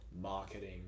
marketing